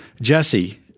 Jesse